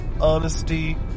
honesty